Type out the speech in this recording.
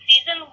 season